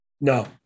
No